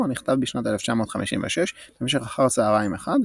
נכתב בשנת 1956 במשך אחר צהריים אחד,